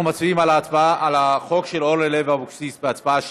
אנחנו מצביעים על החוק של אורלי לוי אבקסיס בהצבעה שמית.